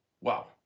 Wow